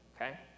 okay